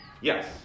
Yes